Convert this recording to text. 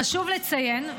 חשוב לציין,